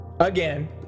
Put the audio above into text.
Again